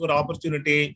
opportunity